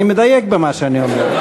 אני מדייק במה שאני אומר.